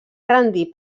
rendir